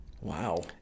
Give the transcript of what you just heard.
Wow